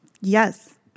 Yes